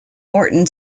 morton